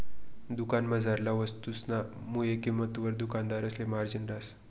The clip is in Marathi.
दुकानमझारला वस्तुसना मुय किंमतवर दुकानदारसले मार्जिन रहास